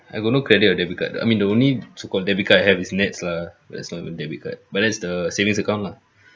I got no credit or debit card I mean the only so-called debit card I have is NETS lah that's not even debit card but that's the savings account lah